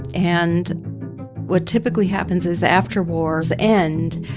and what typically happens is, after wars end,